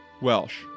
Welsh